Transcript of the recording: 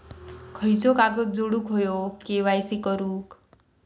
खयचो कागद जोडुक होयो के.वाय.सी करूक?